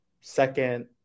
second